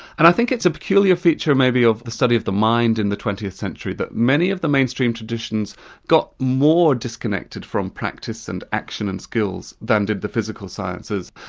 and i think it's a peculiar feature maybe of the study of the mind in the twentieth century that many of the mainstream traditions got more disconnected from practice and action and skills than did the physical sciences.